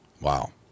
Wow